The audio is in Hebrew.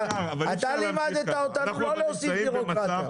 אתה לימדת אותנו לא להוסיף בירוקרטיה.